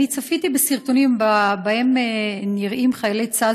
אני צפיתי בסרטונים שבהם נראים חיילי צה"ל